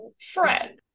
Fred